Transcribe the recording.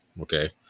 okay